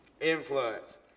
influence